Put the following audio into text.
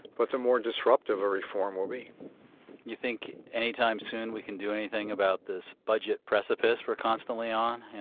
but the more disruptive a reform will be you think anytime soon we can do anything about this budget precipice we're constantly on,